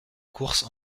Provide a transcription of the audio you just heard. courses